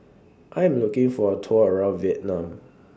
I Am looking For A Tour around Vietnam